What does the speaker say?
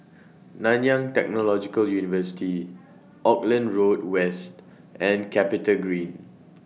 Nanyang Technological University Auckland Road West and Capitagreen